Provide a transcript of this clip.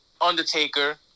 Undertaker